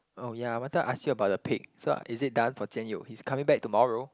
oh ya I wanted to ask you about the pig so is it done for Jian-Yong he's coming back tomorrow